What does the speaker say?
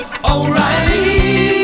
O'Reilly